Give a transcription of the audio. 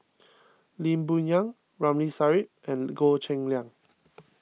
Lee Boon Yang Ramli Sarip and Goh Cheng Liang